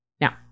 Now